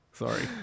Sorry